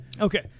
Okay